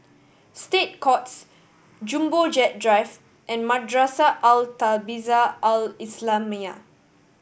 State Courts Jumbo Jet Drive and Madrasah Al Tahzibiah Al Islamiah